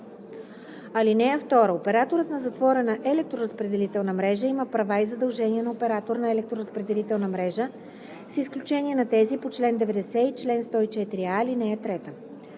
мрежа. (2) Операторът на затворена електроразпределителна мрежа има правата и задълженията на оператор на електроразпределителна мрежа с изключение на тези по чл. 90 и чл. 104а, ал. 3.